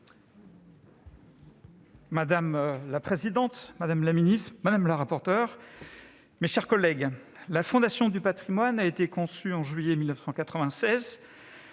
Madame la présidente, madame la ministre, mes chers collègues, la Fondation du patrimoine a été conçue en juillet 1996